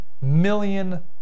million